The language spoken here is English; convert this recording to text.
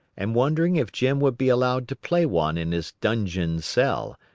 and wondering if jim would be allowed to play one in his dungeon cell,